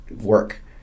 work